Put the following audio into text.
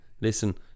listen